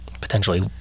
potentially